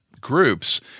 groups